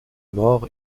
mort